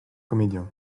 comédien